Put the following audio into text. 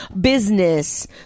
business